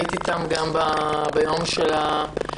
הייתי איתן גם ביום של הבג"ץ,